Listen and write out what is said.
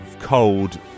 cold